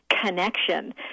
connection